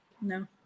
No